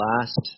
last